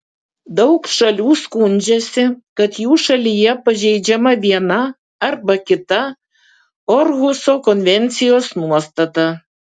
daug šalių skundžiasi kad jų šalyje pažeidžiama viena arba kita orhuso konvencijos nuostata